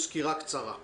קצר